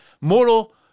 mortal